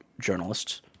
journalists